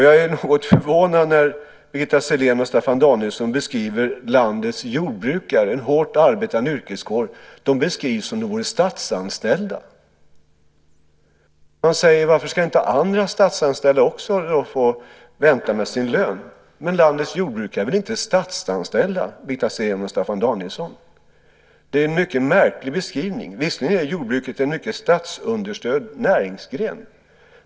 Jag är något förvånad över att Birgitta Sellén och Staffan Danielsson beskriver landets jordbrukare, en hårt arbetande yrkeskår, som vore de statsanställda. De frågar ju varför inte andra statsanställda också ska få vänta på att få sin lön. Men landets jordbrukare är väl inte statsanställda, Birgitta Sellén och Staffan Danielsson! Det är en mycket märklig beskrivning. Visserligen är jordbruket en i hög grad statsunderstödd näringsgren.